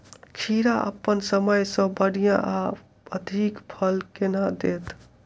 खीरा अप्पन समय सँ बढ़िया आ अधिक फल केना देत?